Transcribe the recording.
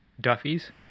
Duffy's